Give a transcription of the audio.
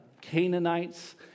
Canaanites